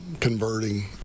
converting